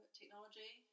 technology